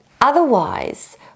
otherwise